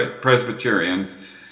Presbyterians